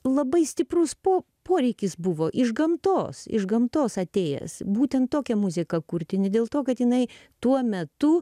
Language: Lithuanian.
labai stiprus po poreikis buvo iš gamtos iš gamtos atėjęs būtent tokią muziką kurti ne dėl to kad jinai tuo metu